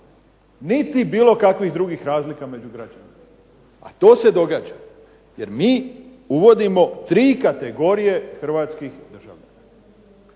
niti bilo kakvih drugih razlika među građanima, a to se događa. Jer mi uvodimo tri kategorije hrvatskih državljana.